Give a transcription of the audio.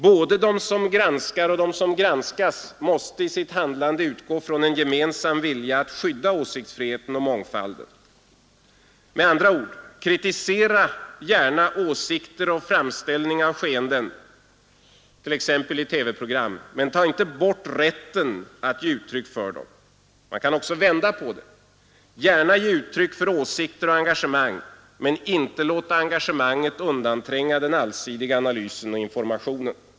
Både de som granskar och de som granskas måste i sitt handlande utgå från en gemensam vilja att skydda åsiktsfriheten och mångfalden. Med andra ord: Kritisera gärna åsikter och framställningar av skeenden, t.ex. i TV-program, men ta inte bort rätten att ge uttryck för dem. Man kan också vända på det: Ge gärna uttryck för åsikter och engagemang, men låt inte engagemanget undantränga den allsidiga analysen och informationen.